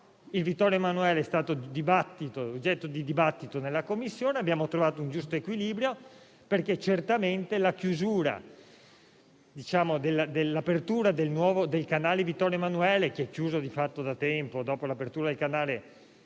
Vittorio Emanuele è stato oggetto di dibattito nella Commissione. Abbiamo trovato un giusto equilibrio perché certamente l'apertura del nuovo canale Vittorio Emanuele, chiuso di fatto da tempo dopo l'apertura del canale dei petroli,